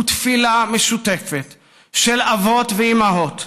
הוא תפילה משותפת של אבות ואימהות,